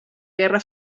guerra